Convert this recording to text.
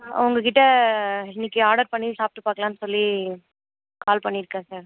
உங்கள்கிட்ட இன்னிக்கு ஆர்டர் பண்ணி சாப்பிட்டு பார்க்கலான் சொல்லி கால் பண்ணியிருக்கேன் சார்